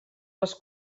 les